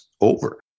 over